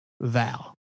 Val